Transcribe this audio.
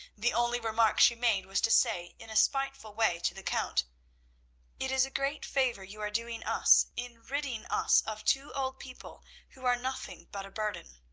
the only remark she made was to say in a spiteful way to the count it is a great favour you are doing us in ridding us of two old people who are nothing but a burden!